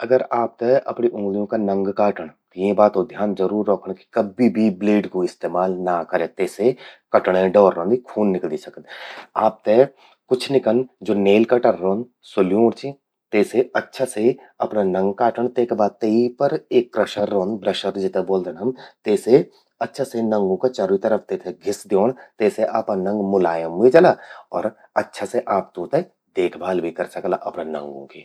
अगर आपते अपणि उंग्लयूं का नंग काटण। यीं बातो ध्यान जरूर रौखण कब्बि भी ब्लेड कू इस्तेमाल ना कर्या। तेसे कटणें डौर रौंदि, खून निकली सकद। आपते कुछ नि कन, ज्वो नेलकटर रौंद, स्वो ल्यूंण चि। तेसे अच्छा से अपरा नंग काटण। तेका बाद ते ही पर एक एक ब्रशर रौंद। ब्रशर जेते ब्वोलदन हम। तेसे अच्छा से तेते नंगूं का चरि तरफ घिस द्योंण। तेसे आपा नंग मुलायम ह्वे जाला और अच्छा से आप तूंते देखभाल भी करि सकला अपरा नंगूं कि।